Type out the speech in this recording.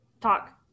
Talk